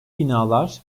binalar